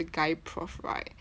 they guy prof right